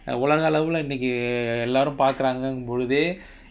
உலக அளவுல இன்னைக்கு எல்லாரும் பாக்குறாங்கங்குர பொழுது:ulaga alavula innaiku ellarum paakuraangura poluthu